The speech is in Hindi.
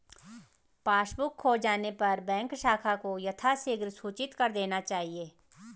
पासबुक खो जाने पर बैंक शाखा को यथाशीघ्र सूचित कर देना चाहिए